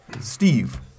Steve